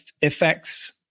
effects